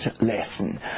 lesson